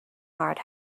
hard